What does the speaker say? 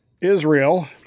Israel